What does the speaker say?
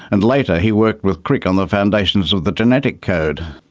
and later he worked with crick on the foundations of the genetic code.